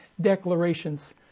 declarations